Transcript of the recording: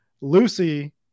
Lucy